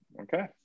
Okay